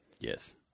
Yes